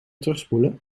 terugspoelen